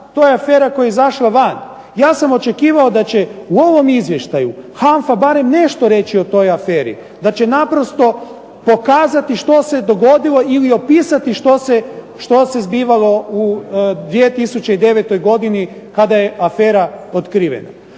to je afera koja je izašla van. Ja sam očekivao da će u ovom izvještaju HANFA barem nešto reći o toj aferi, da će naprosto pokazati što se dogodilo, ili opisati što se zbivalo u 2009. godini kada je afera otkrivena.